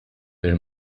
per